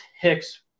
Hicks